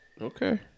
Okay